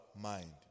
mind